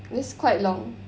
it was quite long